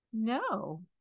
No